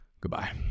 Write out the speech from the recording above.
Goodbye